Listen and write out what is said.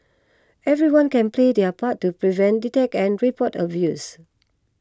everyone can play their part to prevent detect and report abuse